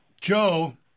Joe